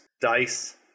dice